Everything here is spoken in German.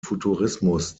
futurismus